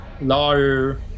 lawyer